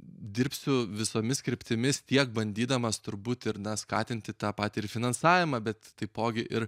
dirbsiu visomis kryptimis tiek bandydamas turbūt ir na skatinti tą patį ir finansavimą bet taipogi ir